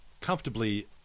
comfortably